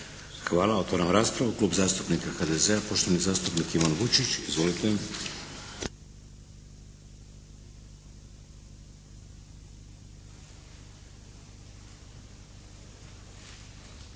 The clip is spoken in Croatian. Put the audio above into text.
Hvala. Otvaram raspravu. Klub zastupnika HDZ-a poštovani zastupnik Ivan Vučić. Izvolite.